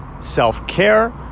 self-care